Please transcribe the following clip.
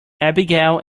abigail